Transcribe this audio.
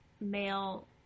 male